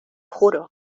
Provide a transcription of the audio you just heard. juro